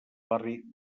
barri